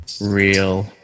real